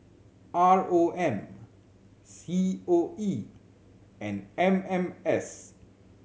R O M C O E and M M S